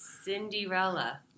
Cinderella